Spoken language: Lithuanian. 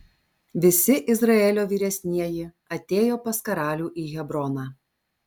visi izraelio vyresnieji atėjo pas karalių į hebroną